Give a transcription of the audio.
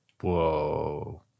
Whoa